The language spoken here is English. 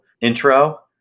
intro